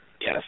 Yes